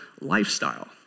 lifestyle